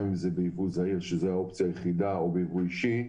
גם אם זה בייבוא זעיר וגם אם זה בייבוא אישי,